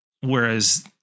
whereas